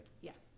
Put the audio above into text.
Yes